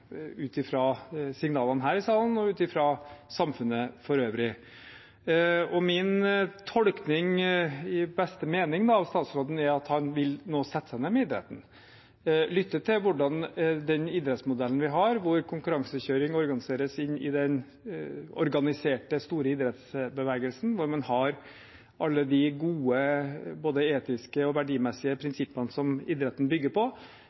ut fra signalene her i salen og fra samfunnet for øvrig. Min tolkning i beste mening av statsråden er at han nå vil sette seg ned med idretten, lytte til hvordan den idrettsmodellen er – der konkurransekjøring organiseres inn i den organiserte store idrettsbevegelsen, der man har alle de gode både etiske og verdimessige prinsippene som idretten bygger på,